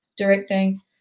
directing